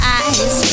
eyes